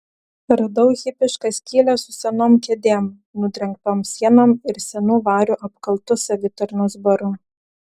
radau hipišką skylę su senom kėdėm nudrengtom sienom ir senu variu apkaltu savitarnos baru